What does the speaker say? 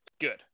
Good